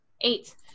Eight